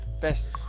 best